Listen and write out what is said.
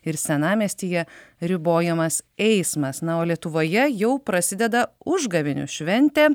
ir senamiestyje ribojamas eismas na o lietuvoje jau prasideda užgavėnių šventė